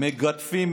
מגדפים,